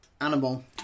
Animal